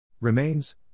Remains